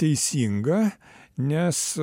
teisinga nes